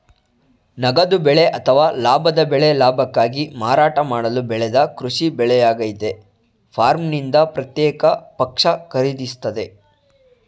ನಗದು ಬೆಳೆ ಅಥವಾ ಲಾಭದ ಬೆಳೆ ಲಾಭಕ್ಕಾಗಿ ಮಾರಾಟ ಮಾಡಲು ಬೆಳೆದ ಕೃಷಿ ಬೆಳೆಯಾಗಯ್ತೆ ಫಾರ್ಮ್ನಿಂದ ಪ್ರತ್ಯೇಕ ಪಕ್ಷ ಖರೀದಿಸ್ತವೆ